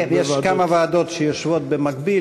כן, יש כמה ועדות שיושבות במקביל.